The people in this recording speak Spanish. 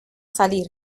salir